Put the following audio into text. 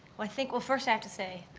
i think well, first i have to say,